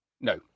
No